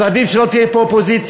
אז עדיף שלא תהיה פה אופוזיציה.